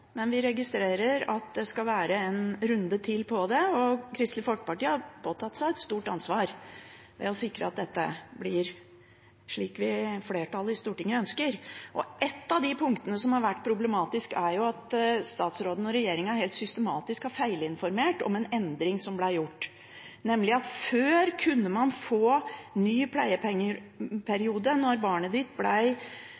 men vi registrerer at det skal være en runde til på det, og Kristelig Folkeparti har påtatt seg et stort ansvar ved å sikre at dette blir slik flertallet i Stortinget ønsker. Ett av de punktene som har vært problematiske, er at statsråden og regjeringen helt systematisk har feilinformert om en endring som ble gjort, nemlig at før kunne du få en ny